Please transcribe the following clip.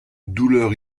douleur